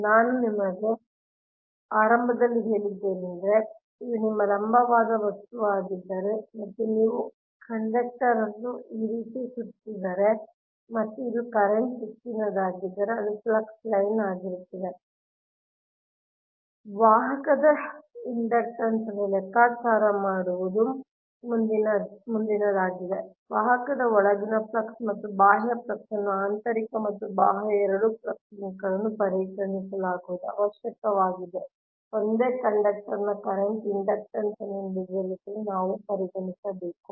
ನಾನು ನಿಮಗೆ ಆರಂಭದಲ್ಲಿ ಹೇಳಿದ್ದೇನೆಂದರೆ ಇದು ನಿಮ್ಮ ಲಂಬವಾದ ವಸ್ತುವಾಗಿದ್ದರೆ ಮತ್ತು ನೀವು ಕಂಡಕ್ಟರ್ ಅನ್ನು ಈ ರೀತಿ ಸುತ್ತಿದರೆ ಮತ್ತು ಇದು ಕರೆಂಟ್ ದಿಕ್ಕಿನಾಗಿದ್ದರೆ ಅದು ಫ್ಲಕ್ಸ್ ಲೈನ್ ಆಗಿರುತ್ತದೆ ವಾಹಕದ ಇಂಡಕ್ಟನ್ಸ್ ಅನ್ನು ಲೆಕ್ಕಾಚಾರ ಮಾಡುವುದು ಮುಂದಿನದು ವಾಹಕದ ಒಳಗಿನ ಫ್ಲಕ್ಸ್ ಮತ್ತು ಬಾಹ್ಯ ಫ್ಲಕ್ಸ್ಸ್ ಅನ್ನು ಆಂತರಿಕ ಮತ್ತು ಬಾಹ್ಯ ಎರಡೂ ಫ್ಲಕ್ಸ್ಸ್ ಲಿಂಕ್ಗಳನ್ನು ಪರಿಗಣಿಸುವುದು ಅವಶ್ಯಕವಾಗಿದೆ ಒಂದೇ ಕಂಡಕ್ಟರ್ನ ಕರೆಂಟ್ ಇಂಡಕ್ಟನ್ಸ್ಸ್ ಅನ್ನು ನಿರ್ಧರಿಸಲು ನಾವು ಪರಿಗಣಿಸಬೇಕು